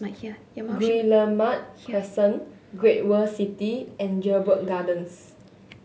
Guillemard Crescent Great World City and Jedburgh Gardens